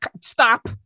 stop